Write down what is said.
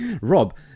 rob